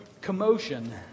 commotion